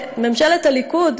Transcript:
לממשלת הליכוד,